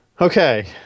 Okay